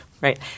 Right